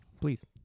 Please